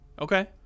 Okay